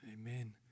amen